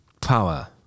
power